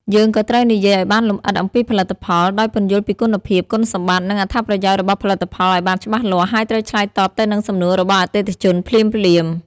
យើងក៏ត្រូវនិយាយឲ្យបានលម្អិតអំពីផលិតផល ដោយពន្យល់ពីគុណភាព គុណសម្បត្តិ និងអត្ថប្រយោជន៍របស់ផលិតផលឲ្យបានច្បាស់លាស់ ហើយត្រូវឆ្លើយតបទៅនឹងសំណួររបស់អតិថិជនភ្លាមៗ។